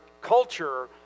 culture